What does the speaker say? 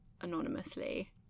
anonymously